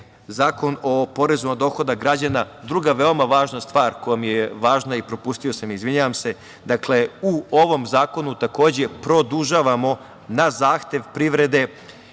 Zakon o porezu na dohodak građana, druga veoma važna stvar koja mi je važna i propustio sam je, izvinjavam se, dakle u ovom zakonu takođe produžavamo na zahtev privrede